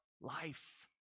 life